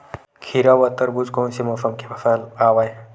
खीरा व तरबुज कोन से मौसम के फसल आवेय?